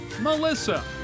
Melissa